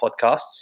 podcasts